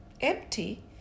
empty